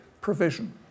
provision